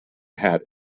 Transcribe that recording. hat